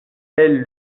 elles